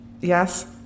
Yes